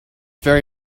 very